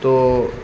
تو